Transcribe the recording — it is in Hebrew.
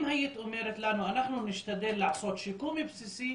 אם היית אומרת לנו, אנחנו נשתדל לעשות שיקום בסיסי